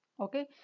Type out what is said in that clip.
Okay